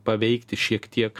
paveikti šiek tiek